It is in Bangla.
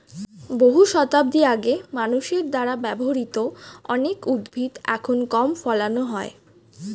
বহু শতাব্দী আগে মানুষের দ্বারা ব্যবহৃত অনেক উদ্ভিদ এখন কম ফলানো হয়